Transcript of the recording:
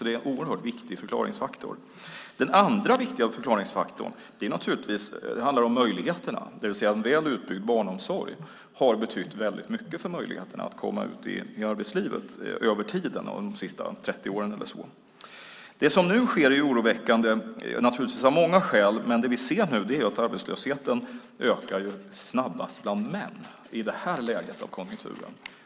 Det är en oerhört viktig förklaringsfaktor. Den andra viktiga förklaringsfaktorn handlar om möjligheterna, det vill säga att en väl utbyggd barnomsorg har betytt väldigt mycket för möjligheterna att komma ut i arbetslivet, över tiden, de senaste 30 åren eller så. Det som nu sker är naturligtvis oroväckande av många skäl, men det vi ser är att arbetslösheten ökar snabbast bland män i det här läget av konjunkturen.